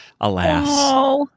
Alas